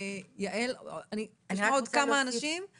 יעל ויש עוד כמה אנשים אני תיכף ---.